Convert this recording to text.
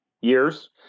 years